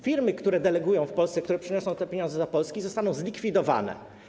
Firmy, które delegują w Polsce, które przynoszą te pieniądze do Polski, zostaną zlikwidowane.